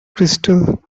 crystal